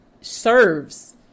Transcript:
serves